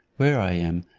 where i am,